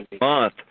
month